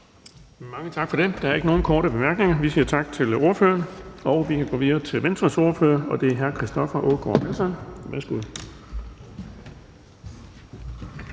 Mange tak for det. Der er ikke nogen korte bemærkninger. Vi siger tak til ordføreren. Vi kan gå videre til Venstres ordfører, og det er hr. Christoffer Aagaard Melson. Værsgo.